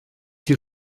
die